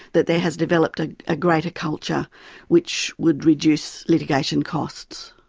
that there has developed ah a greater culture which would reduce litigation costs.